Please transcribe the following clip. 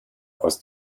aus